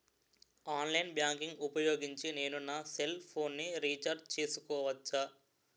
Online banking ఊపోయోగించి నేను నా సెల్ ఫోను ని రీఛార్జ్ చేసుకోవచ్చా?